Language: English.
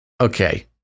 okay